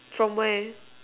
from where